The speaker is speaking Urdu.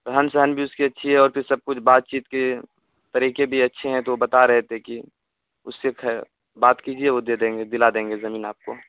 رہن سہن بھی اس کی اچھی ہے اور پھر سب کچھ بات چیت کے طریقے بھی اچھے ہیں تو بتا رہے تھے کہ اس ست ہے بات کیجیے وہ دے دیں گے دلا دیں گے زمین آپ کو